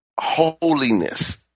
holiness